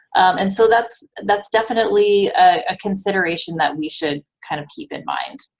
and so that's, that's definitely a consideration that we should kind of keep in mind.